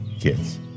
kids